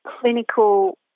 Clinical